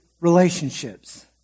Relationships